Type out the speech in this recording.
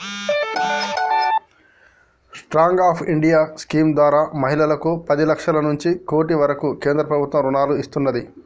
stand up India scheme ద్వారా మహిళలకు పది లక్షల నుంచి కోటి వరకు కేంద్ర ప్రభుత్వం రుణాలను ఇస్తున్నాది